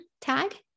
tag